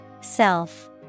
Self